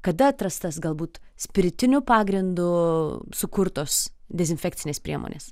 kada atrastas galbūt spiritiniu pagrindu sukurtos dezinfekcinės priemonės